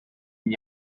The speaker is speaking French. n’y